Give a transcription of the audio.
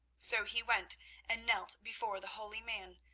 so he went and knelt before the holy man,